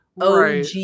OG